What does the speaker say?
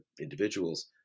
individuals